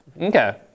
Okay